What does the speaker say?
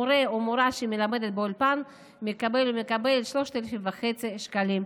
מורה או מורה שמלמדים באולפן מקבלים 3,500 שקלים.